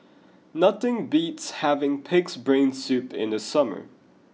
nothing beats having Pig'S Brain Soup in the summer